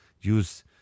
Use